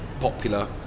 popular